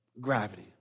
Gravity